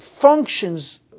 functions